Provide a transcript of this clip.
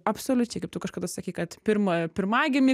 absoliučiai kaip tu kažkada sakei kad pirma pirmagimį